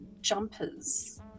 jumpers